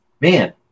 man